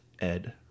Ed